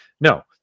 No